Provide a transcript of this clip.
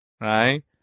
right